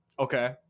Okay